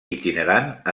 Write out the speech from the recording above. itinerant